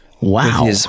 Wow